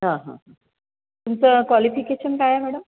हा हा हा तुमचं क्वॉलिफिकेशन काय आहे मॅडम